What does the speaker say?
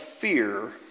fear